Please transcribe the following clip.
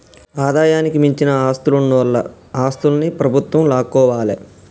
ఆదాయానికి మించిన ఆస్తులున్నోల ఆస్తుల్ని ప్రభుత్వం లాక్కోవాలే